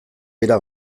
dira